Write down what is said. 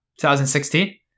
2016